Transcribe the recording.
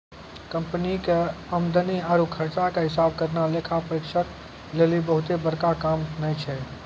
company के आमदनी आरु खर्चा के हिसाब करना लेखा परीक्षक लेली बहुते बड़का काम नै छै